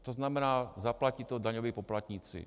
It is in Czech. To znamená, zaplatí to daňoví poplatníci.